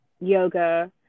yoga